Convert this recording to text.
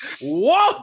whoa